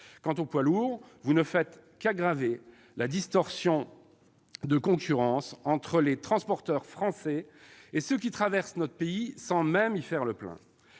les poids lourds, vous ne faites qu'aggraver la distorsion de concurrence entre les transporteurs français et ceux qui traversent notre pays sans même y faire le plein.